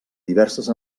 diverses